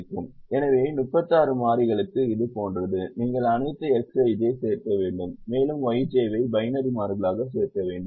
எனவே 36 மாறிகளுக்கு இது போன்றது நீங்கள் அனைத்து Xij சேர்க்க வேண்டும் மேலும் Yj ஐ பைனரி மாறிகளாக சேர்க்க வேண்டும்